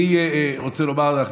אני רוצה לומר לך,